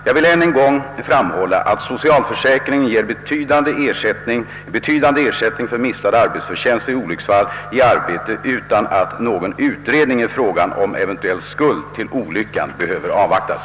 Jag vill än en gång framhålla att socialförsäkringen ger betydande ersättning för mistad arbetsförtjänst vid olycksfall i arbete utan att någon utredning i fråga om eventuell skuld till olyckan behöver avvaktas.